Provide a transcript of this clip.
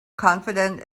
confident